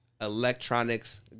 electronics